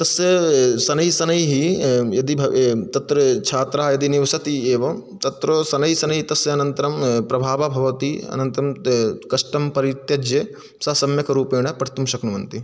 तस्य शनैः शनैः यदि भव् तत्र छात्रा यदि निवसति एवं तत्र शनैः शनैः तस्य अनन्तरं प्रभाव भवति अनन्तन् त् कष्टं परित्यज्य सा सम्यक् रूपेण पठितुं शक्नुवन्ति